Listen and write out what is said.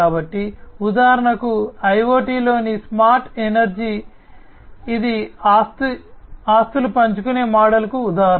కాబట్టి ఉదాహరణకు IoT లోని స్మార్ట్ ఎనర్జీ ఇది ఆస్తులు పంచుకునే మోడల్కు ఉదాహరణ